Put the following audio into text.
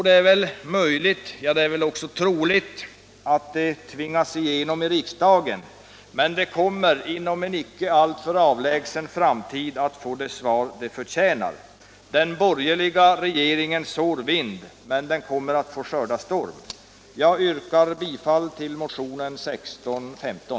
Det är möjligt och också troligt att det kan tvingas igenom i riksdagen, men det kommer inom en icke alltför avlägsen framtid att få sitt förtjänta svar. Den borgerliga regeringen sår vind men kommer att få skörda storm. Jag yrkar bifall till motionen 1615.